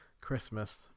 Christmas